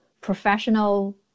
professional